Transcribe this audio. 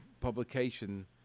publication